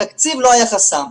תקציב לא היה חסם.